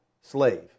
slave